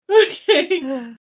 Okay